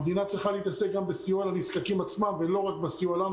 המדינה צריכה להתעסק גם בסיוע לנזקקים עצמם ולא רק בסיוע לנו,